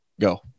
Go